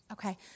Okay